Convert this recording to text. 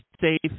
safe